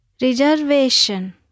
Reservation